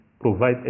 provide